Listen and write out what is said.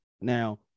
Now